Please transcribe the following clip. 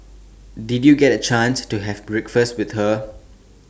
did you get A chance to have breakfast with her